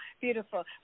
beautiful